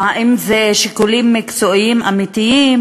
או האם אלה שיקולים מקצועיים אמיתיים,